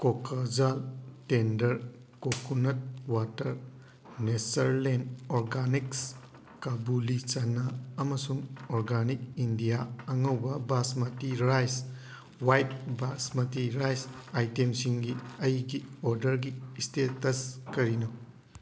ꯀꯣꯀꯖꯥꯜ tender coconut water Natureland organics kabuli chana ꯑꯃꯁꯨꯡ organic India ꯑꯉꯧꯕ basmati rice white basmati rice ꯑꯥꯏꯇꯦꯝꯁꯤꯡꯒꯤ ꯑꯩꯒꯤ ꯑꯣꯔꯗꯔꯒꯤ ꯏꯁꯇꯦꯇꯁ ꯀꯔꯤꯅꯣ